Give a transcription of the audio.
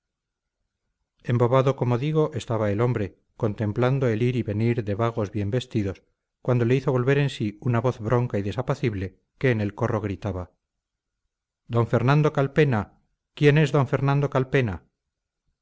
embobado como digo estaba el hombre contemplando el ir y venir de vagos bien vestidos cuando le hizo volver en sí una voz bronca y desapacible que en el corro gritaba d fernando calpena quién es don fernando calpena